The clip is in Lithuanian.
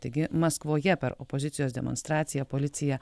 taigi maskvoje per opozicijos demonstraciją policija